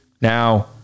Now